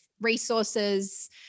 resources